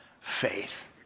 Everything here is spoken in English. faith